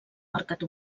marcat